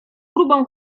grubą